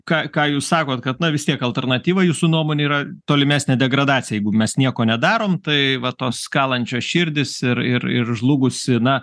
ką ką jūs sakot kad na vis tiek alternatyva jūsų nuomone yra tolimesnė degradacija jeigu mes nieko nedarom tai va tos kalančia širdys ir ir ir žlugusi na